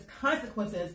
consequences